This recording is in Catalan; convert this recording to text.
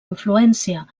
influència